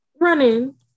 running